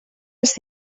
els